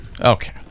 Okay